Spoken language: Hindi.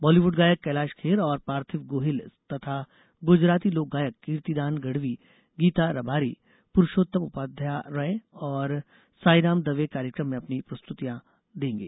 बॉलीवुड गायक कैलाश खेर और पार्थिव गोहिल तथा गुजराती लोक गायंक कीर्तिदान गढ़वी गीता रबारी पुरूषोत्तम उपाध्यारय और साईराम दवे कार्यक्रम में अपनी प्रस्तुरतियां देंगे